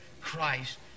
Christ